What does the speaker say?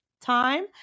time